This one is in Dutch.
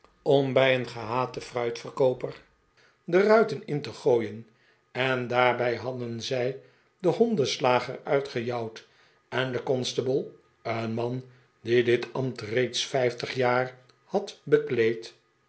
om bij een gehaten fruitverkooper de ruiten in te gooien en daarbij hadden zij den hondenslager uitgejouwd en den constable een man die dit ambt reeds vijftig jaar had bekleed